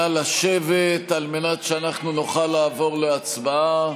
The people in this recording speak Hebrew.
נא לשבת על מנת שאנחנו נוכל לעבור להצבעה.